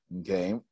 okay